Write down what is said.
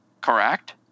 correct